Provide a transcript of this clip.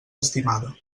estimada